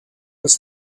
was